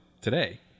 today